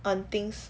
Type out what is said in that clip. on things